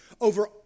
over